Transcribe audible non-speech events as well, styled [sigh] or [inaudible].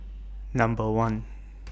Number one [noise]